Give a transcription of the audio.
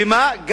ומה?